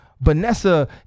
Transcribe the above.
vanessa